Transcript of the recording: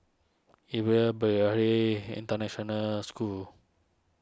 Yuva Bharati International School